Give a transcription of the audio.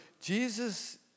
Jesus